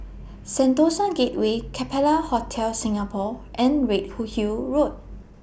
Sentosa Gateway Capella Hotel Singapore and Red Who Hill Road